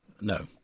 no